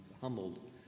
humbled